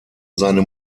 seine